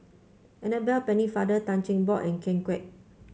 Annabel Pennefather Tan Cheng Bock and Ken Kwek